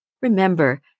remember